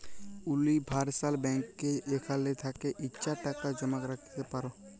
universal ব্যাংকে যেখাল থ্যাকে ইছা টাকা জমা রাইখতে পার